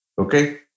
Okay